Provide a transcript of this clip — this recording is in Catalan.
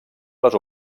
les